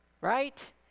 Right